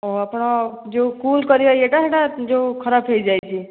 ତ ଆପଣ ଯେଉଁ କୁଲ୍ କରିବା ଇଏଟା ସେଇଟା ଯେଉଁ ଖରାପ ହୋଇଯାଇଛି